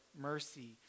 mercy